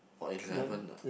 orh eleven ah